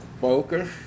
focus